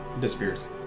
disappears